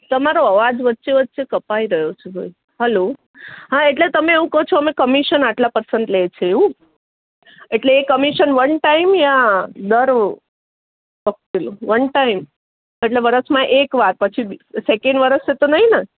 તમારો અવાજ વચ્ચે વચ્ચે કપાઈ રહ્યો છે ભાઈ હલો હા એટલે તમે એવું કહો છો અમે કમિશન આટલા પર્સન્ટેજ લે છે એવું એટલે એ કમિશન વન ટાઈમ યા દર વખતે લો વન ટાઈમ એટલે વર્ષમાં એકવાર પછી બી સેકેંડ વર્ષે તો નહીં ને